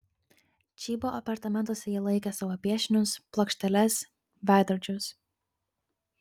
čybo apartamentuose ji laikė savo piešinius plokšteles veidrodžius